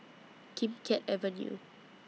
Kim Keat Avenue